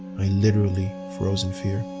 i literally froze in